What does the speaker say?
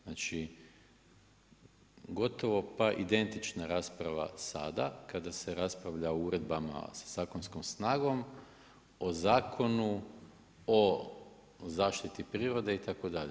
Znači gotovo pa identična rasprava sada kada se raspravlja o uredbama sa zakonskom snagom o Zakonu o zaštiti prirode itd.